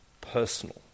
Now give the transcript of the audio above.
personal